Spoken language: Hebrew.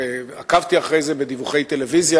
עקבתי אחרי זה בדיווחי טלוויזיה